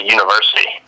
University